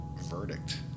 verdict